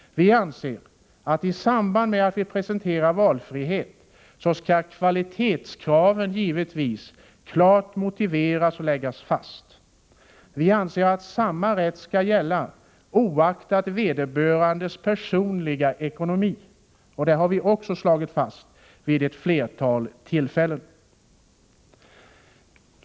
Vi anser att kvalitetskravet klart skall motiveras och läggas fast i samband med att vårt krav på valfrihet presenteras. Vi menar att samma rätt skall gälla oavsett vilken personlig ekonomi vederbörande har, och det har vi vid ett flertal tillfällen slagit fast.